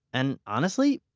and honestly?